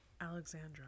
alexandra